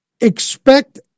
expect